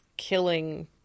Killing